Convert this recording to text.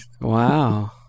Wow